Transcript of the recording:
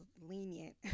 lenient